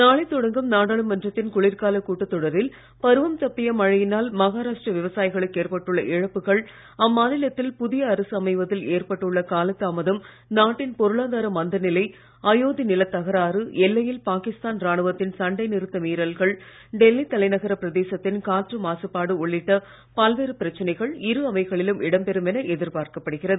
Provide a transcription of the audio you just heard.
நாளை தொடங்கும் நாடாளுமன்றத்தின் குளிர்காலக் கூட்டத் தொடரில் பருவம் தப்பிய மழையினால் மகாராஷ்டிர விவசாயிகளுக்கு ஏற்பட்டுள்ள இழப்புகள் அம்மாநிலத்தில் புதிய அரசு அமைவதில் ஏற்பட்டுள்ள காலதாமதம் நாட்டின் பொருளாதார மந்தநிலை அயோத்தி நிலத் தகராறு எல்லையில் பாகிஸ்தான் ராணுவத்தின் சண்டை நிறுத்த மீறல்கள் டெல்லி தலைநகர பிரதேசத்தின் காற்று மாசுபாடு உள்ளிட்ட பல்வேறு பிரச்சனைகள் இரு அவைகளிலும் இடம் பெறும் என எதிர்பார்க்கப்படுகிறது